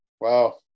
wow